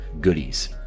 goodies